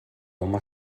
home